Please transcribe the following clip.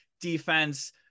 defense